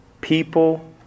people